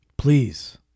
Please